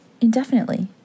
indefinitely